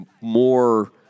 more